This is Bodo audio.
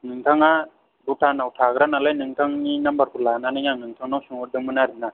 नोंथाङा भुटानाव थाग्रा नालाय नोंथांनि नाम्बारखौ लानानै आं नोंथांनाव सोंहरदोंमोन आरोना